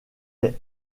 est